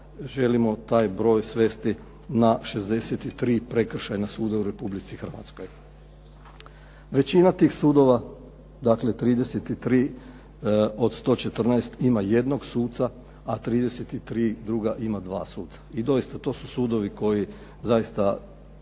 želimo taj broj svesti na 63 prekršajna suda u Republici Hrvatskoj. Većina tih sudova, dakle 33 od 114 ima jednog suca, a 33 druga ima dva suca. I doista, to su sudovi koji zaista